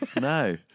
No